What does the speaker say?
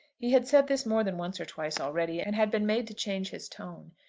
he had said this more than once or twice already, and had been made to change his tone.